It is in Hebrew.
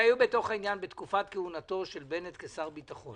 שהיו בתוך העניין בתקופתו של בנט כשר ביטחון.